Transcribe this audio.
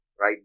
right